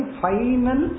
final